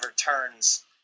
turns